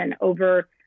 over